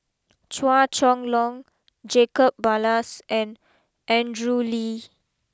Chua Chong long Jacob Ballas and Andrew Lee